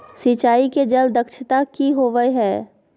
सिंचाई के जल दक्षता कि होवय हैय?